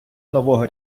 нового